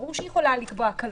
ברור שהיא יכולה לקבוע הקלות,